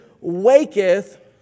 waketh